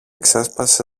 ξέσπασε